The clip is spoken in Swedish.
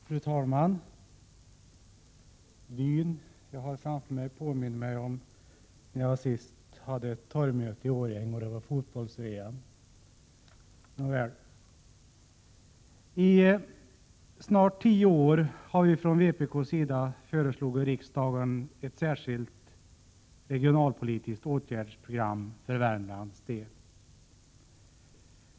Fru talman! Uppslutningen just nu i kammaren påminner mig om när jag senast deltog vid ett torgmöte i Årjäng, då fotbolls-VM samtidigt pågick. I snart tio år har vi från vpk:s sida föreslagit riksdagen ett särskilt regionalpolitiskt åtgärdsprogram för Värmlands del.